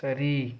சரி